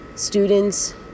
students